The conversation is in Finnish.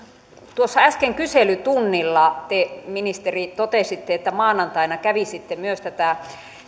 tuossa äsken kyselytunnilla te ministeri totesitte että maanantaina kävisitte myös tätä